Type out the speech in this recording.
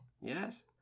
Yes